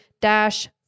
dash